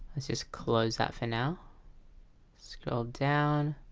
let's just close that for now scroll down